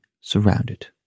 surrounded